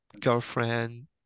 girlfriend